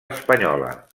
espanyola